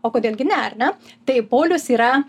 o kodėl gi ne ar ne tai paulius yra